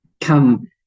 come